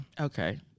Okay